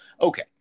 Okay